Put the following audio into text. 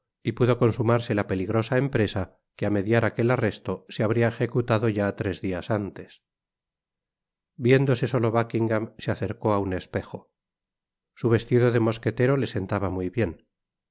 y pudo consumarse la peligrosa empresa que á mediar aquel arresto se habria ejecutado ya tres dias antes viéndose solo buckingam se acercó á un espejo su vestido de mosquetero le sentaba muy bien